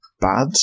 bad